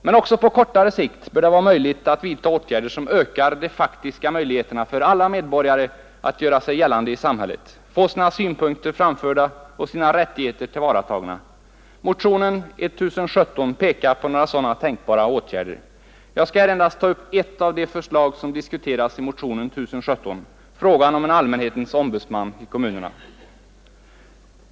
Men också på kortare sikt bör det vara möjligt att vidta åtgärder som «Nr 56 ökar de faktiska förutsättningarna för alla medborgare att göra sig Onsdagen den gällande i samhället, få sina synpunkter framförda och sina rättigheter 12 april 1972 tillvaratagna. Motionen 1017 pekar på några sådana tänkbara åtgärder. Jag skall här endast ta upp ett av de förslag som diskuteras i motionen P atientombudsmän 1017, nämligen frågan om en ”allmänhetens ombudsman” i kommuoch vårdombudsmän mm.